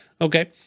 okay